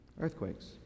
Earthquakes